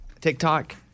TikTok